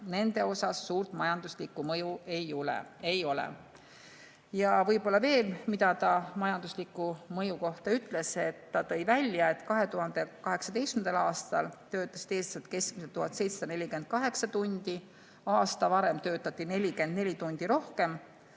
Nende puhul suurt majanduslikku mõju ei ole. Ja võib-olla veel, mida ta majandusliku mõju kohta ütles. Ta tõi välja, et 2018. aastal töötati Eestis keskmiselt 1748 tundi, aasta varem töötati 44 tundi rohkem,